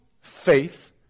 faith